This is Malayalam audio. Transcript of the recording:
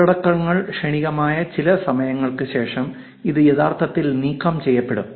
ഉള്ളടക്കങ്ങൾ ക്ഷണികമായ ചില സമയങ്ങൾക്ക് ശേഷം ഇത് യഥാർത്ഥത്തിൽ നീക്കം ചെയ്യപ്പെടും